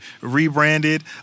rebranded